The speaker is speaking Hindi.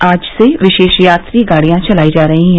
आज से विशेष यात्री गाड़ियां चलाई जा रही हैं